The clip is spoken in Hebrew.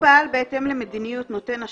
אושר עם השינוי שעורכת דין חנה